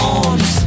arms